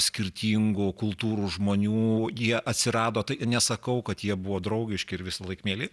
skirtingų kultūrų žmonių jie atsirado tai nesakau kad jie buvo draugiški ir visąlaik mieli